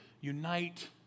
unite